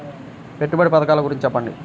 పెట్టుబడి పథకాల గురించి చెప్పండి?